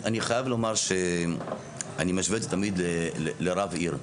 אני חייב לומר שאני משווה את זה תמיד לרב עיר,